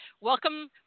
welcome